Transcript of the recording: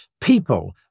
people